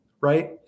right